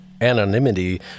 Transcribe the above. anonymity